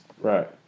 Right